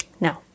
No